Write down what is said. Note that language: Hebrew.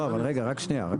מה